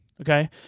okay